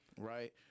right